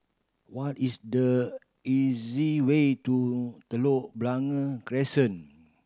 what is the easy way to Telok Blangah Crescent